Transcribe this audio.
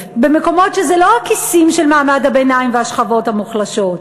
במקומות שהם לא הכיסים של מעמד הביניים והשכבות המוחלשות.